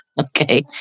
Okay